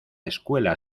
escuela